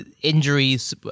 injuries